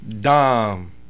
Dom